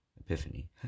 Epiphany